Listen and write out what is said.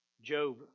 Job